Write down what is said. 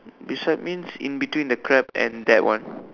beside means in between the crab and that one